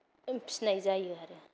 फिनाय जायो आरो